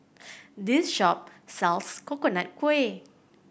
this shop sells Coconut Kuih